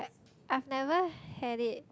I've never had it